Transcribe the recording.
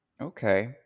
Okay